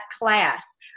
class